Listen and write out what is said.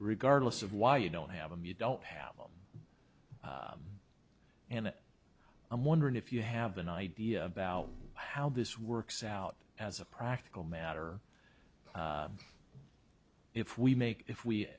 regardless of why you don't have a mute don't have them and i'm wondering if you have an idea about how this works out as a practical matter if we make if we